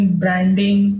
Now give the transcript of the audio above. branding